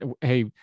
hey